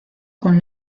con